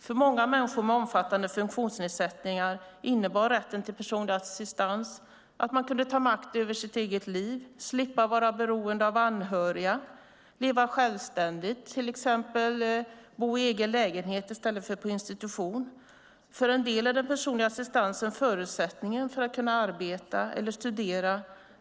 För många människor med omfattande funktionsnedsättningar innebar rätten till personlig assistans att man kunde ta makten över sitt eget liv, slippa vara beroende av anhöriga och leva självständigt, till exempel bo i egen lägenhet i stället för på institution. För en del är den personliga assistansen förutsättningen för att kunna arbeta eller studera.